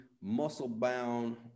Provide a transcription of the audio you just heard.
muscle-bound